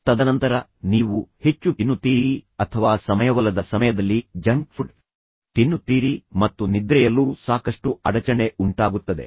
ತದನಂತರ ನೀವು ಹೆಚ್ಚು ತಿನ್ನುತ್ತೀರಿ ಅಥವಾ ನೀವು ಸಮಯವಲ್ಲದ ಸಮಯದಲ್ಲಿ ಜಂಕ್ ಫುಡ್ ತಿನ್ನುತ್ತೀರಿ ಮತ್ತು ನಂತರ ನೀವು ನಿದ್ರೆಯಲ್ಲೂ ಸಾಕಷ್ಟು ಅಡಚಣೆ ಉಂಟಾಗುತ್ತದೆ